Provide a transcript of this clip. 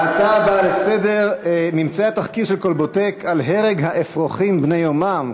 ההצעה הבאה לסדר-היום: ממצאי תחקיר "כלבוטק" על הרג אפרוחים בני יומם,